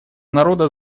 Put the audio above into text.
народа